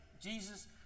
Jesus